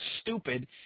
stupid